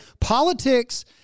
Politics